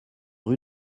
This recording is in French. rue